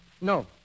No